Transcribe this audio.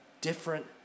different